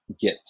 get